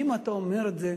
אם אתה אומר את זה,